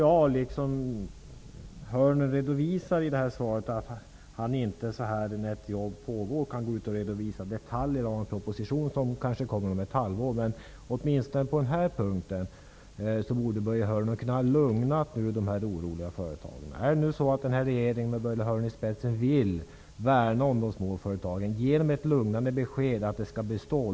Liksom Börje Hörnlund redovisar i sitt svar, förstår jag att Börje Hörnlund under pågående arbete inte kan redovisa detaljer i en proposition som kanske kommer inom ett halvår. Men på just denna punkt borde Börje Hörnlund åtminstone ha kunnat lugna de oroliga företagen. Vill denna regering, med Börje Hörnlund i spetsen, värna om de små företagen? Ge dem ett lugnande besked att stödet skall bestå!